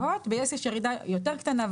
ביס יש ירידה יותר קטנה,